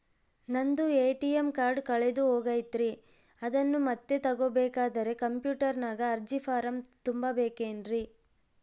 ನಂದು ATM card ಕಳೆದು ಹೋಗೈತ್ರಿ ಅದನ್ನು ಮತ್ತೆ ತಗೋಬೇಕಾದರೆ ಕಂಪ್ಯೂಟರ್ ನಾಗ ಅರ್ಜಿ ಫಾರಂ ತುಂಬಬೇಕನ್ರಿ?